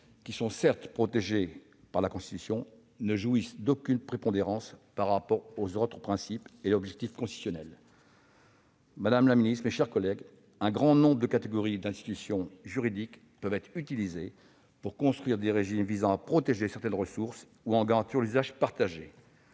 qui sont certes protégés par la Constitution, ne jouissent d'aucune prépondérance par rapport aux autres principes et objectifs constitutionnels. Madame la ministre, mes chers collègues, un grand nombre de catégories et d'institutions juridiques peuvent être utilisées pour construire des régimes visant à protéger certaines ressources ou à en garantir l'usage partagé.